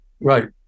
Right